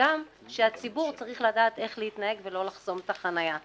וגם שהציבור צריך לדעת איך להתנהג ולא לחסום את החניה.